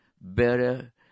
better